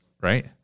right